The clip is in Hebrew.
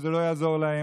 שזה לא יעזור להם.